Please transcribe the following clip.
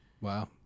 Wow